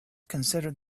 considered